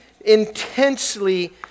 intensely